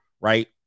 right